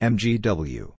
Mgw